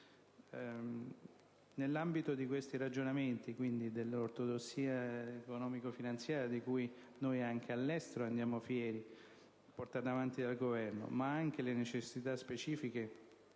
Nell'ambito di tali ragionamenti, quindi dell'ortodossia economico-finanziaria di cui noi anche all'estero andiamo fieri, portata avanti dal Governo, ma anche nell'ottica delle necessità specifiche